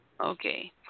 Okay